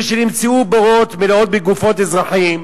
ושנמצאו בורות מלאות בגופות אזרחים,